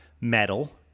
Metal